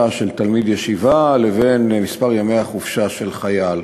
של תלמיד ישיבה לבין מספר ימי החופשה של חייל.